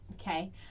Okay